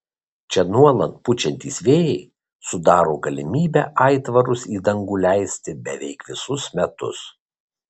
čia nuolat pučiantys vėjai sudaro galimybę aitvarus į dangų leisti beveik visus metus